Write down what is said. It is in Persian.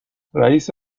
رئیس